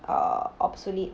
uh obsolete